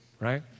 Right